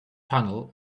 tunnel